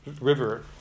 river